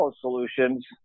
Solutions